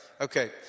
Okay